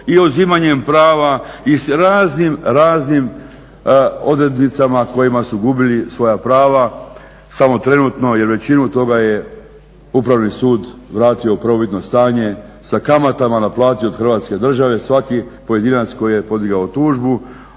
i uzimanjem prava i s raznim, raznim odrednicama kojima su gubili svoja prava samo trenutno jer većinu toga je Upravni sud vrati u prvobitno stanje sa kamatama naplatio od Hrvatske države. Svaki pojedinac koji je podigao tužbu,